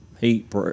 heat